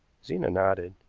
zena nodded.